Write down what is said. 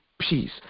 peace